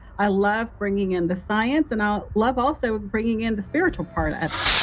i love bringing in the science and i love also bringing in the spiritual part of it.